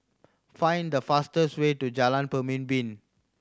find the fastest way to Jalan Pemimpin